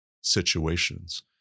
situations